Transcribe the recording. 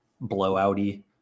blowouty